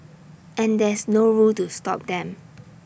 and there's no rule to stop them